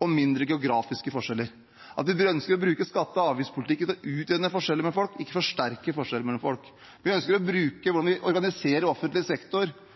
og geografiske forskjeller, og at vi ønsker å bruke skatte- og avgiftspolitikken til å utjevne forskjeller mellom folk, ikke forsterke forskjeller mellom folk. Vi ønsker å